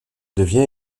devient